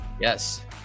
Yes